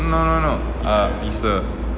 no no no uh isa